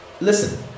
listen